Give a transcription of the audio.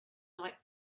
like